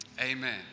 Amen